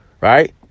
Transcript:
right